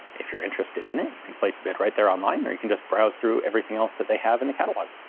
if you're interested in it, you can place a bid right there on-line, or you can just browse through everything else that they have in the catalogue.